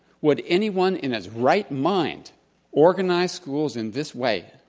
would anyone in his right mind organize schools in this way,